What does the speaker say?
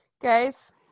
guys